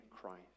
Christ